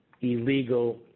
illegal